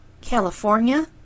California